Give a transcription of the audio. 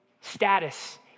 status